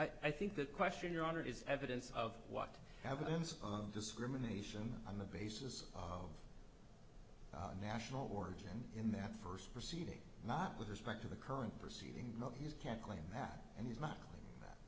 i think the question your honor is evidence of what evidence of discrimination on the basis of national origin in that first proceeding not with respect to the current proceeding not he can't claim that and he's not